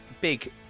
big